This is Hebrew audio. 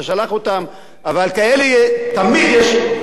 אבל כאלה תמיד יש, נמצאים בכל עם.